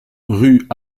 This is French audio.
rue